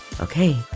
Okay